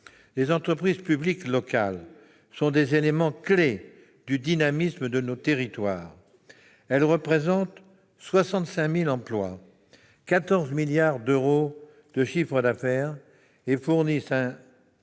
Les entreprises publiques locales sont des éléments clés du dynamisme de nos territoires. Elles représentent 65 000 emplois, 14 milliards d'euros de chiffre d'affaires et fournissent un